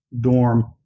dorm